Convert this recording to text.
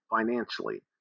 financially